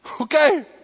Okay